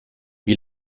wie